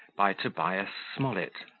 by tobias smollett